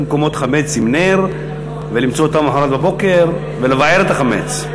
מקומות חמץ עם נר ולמצוא אותו למחרת בבוקר ולבער את החמץ.